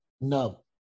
No